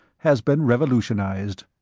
has been revolutionized.